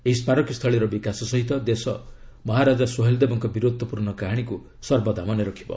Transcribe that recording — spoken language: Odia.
ଏହି ସ୍କାରକୀସ୍ଥଳୀର ବିକାଶ ସହିତ ଦେଶ ମହାରାଜା ସୋହେଲ ଦେବଙ୍କ ବୀରତ୍ୱପୂର୍ଣ୍ଣ କାହାଣୀକୁ ସର୍ବଦା ମନେରଖିବ